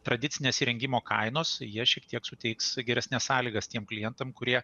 tradicinės įrengimo kainos jie šiek tiek suteiks geresnes sąlygas tiem klientam kurie